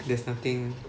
there's nothing